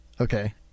Okay